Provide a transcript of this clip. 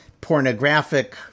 pornographic